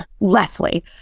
Leslie